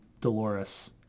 Dolores